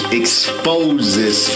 exposes